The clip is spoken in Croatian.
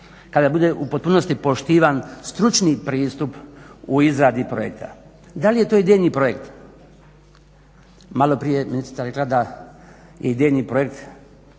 kada se bude u potpunosti poštivan stručni pristup u izradi projekta. Da li je to idejni projekt, malo prije je ministrica rekla da idejni projekt